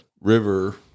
river